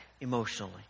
emotionally